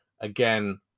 again